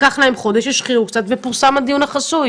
לקח להם חודש, השחירו קצת, ופורסם הדיון החסוי